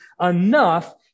enough